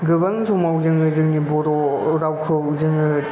गोबां समाव जोङो जोंनि बर' रावखौ जोङो